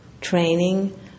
training